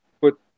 put